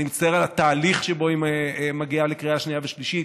אני מצטער על התהליך שבו היא מגיעה לקריאה שנייה ושלישית,